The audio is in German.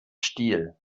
stiel